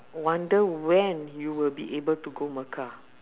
wonder when you will be able to go mecca